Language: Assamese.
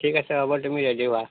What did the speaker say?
ঠিক আছে হ'ব তুমি ৰেডি হোৱা